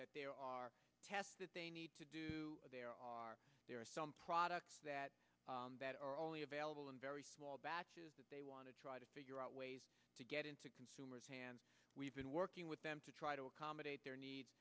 that there are tests that they need to do there are there are some products that are only available in very small batches that they want to try to figure out ways to get into consumers hands we've been working with them to try to accommodate their needs